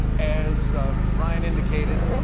as brian indicated,